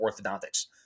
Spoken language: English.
orthodontics